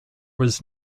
was